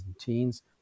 teens